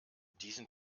diesen